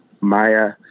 Maya